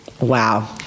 Wow